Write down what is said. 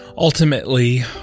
ultimately